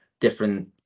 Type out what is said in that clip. different